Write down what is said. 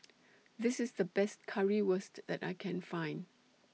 This IS The Best Currywurst that I Can Find